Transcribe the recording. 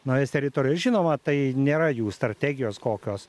naujas teritorijas žinoma tai nėra jų strategijos kokios